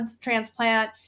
transplant